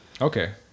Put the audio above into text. Okay